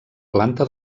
planta